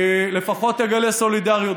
לפחות תגלה סולידריות,